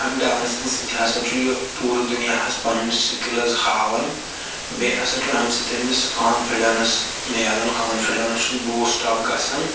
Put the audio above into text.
اَمہِ ڈانسِنٛگ سۭتۍ ہَسا چھُ یہِ پوٗرٕ دُنیاہس پنٕنۍ سِکِلٕز ہاوان بیٚیہِ چھُ اَمہِ سۭتۍ أمِس کانفِڈَنٕس مِلان کانٛفِڈنٕس چھُس بوٗسٹ اَپ گَژھان